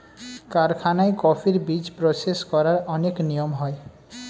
কারখানায় কফির বীজ প্রসেস করার অনেক নিয়ম হয়